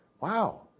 wow